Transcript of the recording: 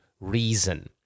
reason